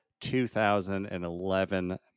2011